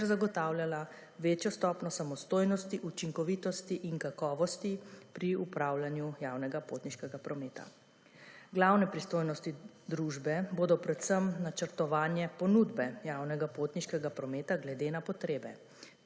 ter zagotavljala večjo stopnjo samostojnosti, učinkovitosti in kakovosti pri upravljanju javnega potniškega prometa. Glavne pristojnosti družbe bodo predvsem načrtovanje ponudbe javnega potniškega prometa glede na potrebe,